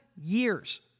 years